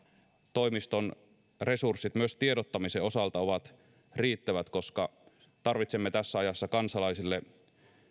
toimiston resurssit myös tiedottamisen osalta ovat riittävät koska tarvitsemme tässä ajassa kansalaisille